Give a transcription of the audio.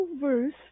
verse